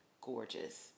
gorgeous